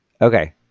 Okay